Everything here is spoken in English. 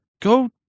Go